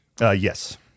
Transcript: Yes